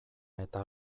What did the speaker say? eta